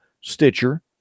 Stitcher